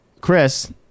Chris